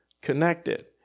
connected